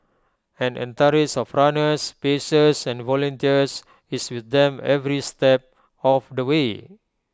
an entourage of runners pacers and volunteers is with them every step of the way